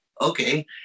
okay